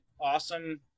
awesome